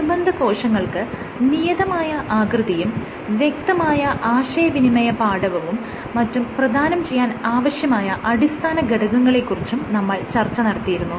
അനുബന്ധ കോശങ്ങൾക്ക് നിയതമായ ആകൃതിയും വ്യക്തമായ ആശയവിനിമയ പാടവവും മറ്റും പ്രധാനം ചെയ്യാൻ ആവശ്യമായ അടിസ്ഥാന ഘടകങ്ങളെ കുറിച്ചും നമ്മൾ ചർച്ച നടത്തിയിരുന്നു